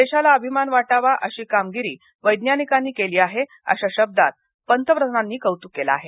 देशाला अभिमान वाटावा अशी कामगिरी वैज्ञानिकांनी केली आहे अशा शब्दांत पंतप्रधानांनी कौतूक केलं आहे